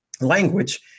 language